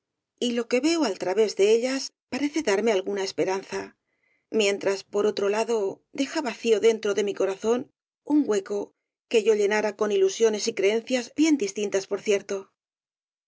y lo que veo al trarosalía de castro vés de ellas parece darme alguna esperanza mientras por otro lado deja vacío dentro de mi corazón un hueco que yo llenara con ilusiones y creencias bien distintas por cierto